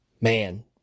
Man